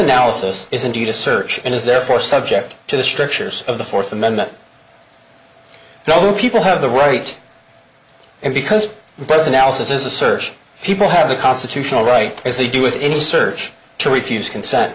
analysis is indeed a search and is therefore subject to the strictures of the fourth amendment so people have the right and because both analysis is a search people have the constitutional right as they do with any search to refuse consent